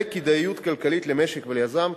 וכדאיות כלכלית למשק וליזם,